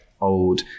old